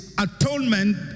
atonement